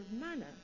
manner